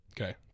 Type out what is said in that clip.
Okay